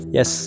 Yes